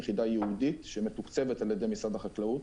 יחידה ייעודית שמתוקצבת על ידי משרד החקלאות